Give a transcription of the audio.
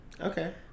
okay